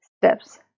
steps